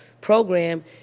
program